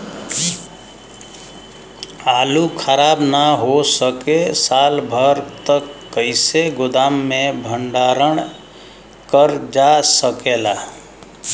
आलू खराब न हो सके साल भर तक कइसे गोदाम मे भण्डारण कर जा सकेला?